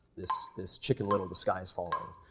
this this chicken little, the sky is falling